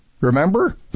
Remember